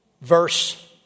Verse